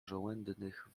żołędnych